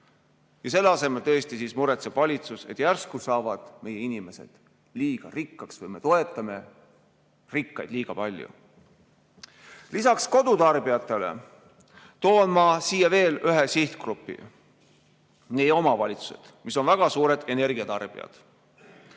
Selle asemel muretseb valitsus, et järsku saavad meie inimesed liiga rikkaks või me toetame rikkaid liiga palju. Lisaks kodutarbijatele toon ma siia veel ühe sihtgrupi: meie omavalitsused, mis on väga suured energia tarbijad.